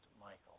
Michael